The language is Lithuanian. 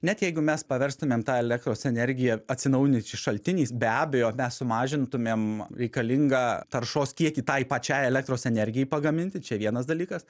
net jeigu mes paverstumėm tą elektros energiją atsinaujinančiais šaltiniais be abejo mes sumažintumėm reikalingą taršos kiekį tai pačiai elektros energijai pagaminti čia vienas dalykas